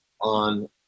on